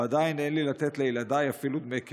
ועדיין אין לי לתת לילדיי אפילו דמי כיס,